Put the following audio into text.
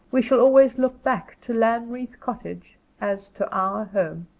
we shall always look back to lanreath cottage as to our home.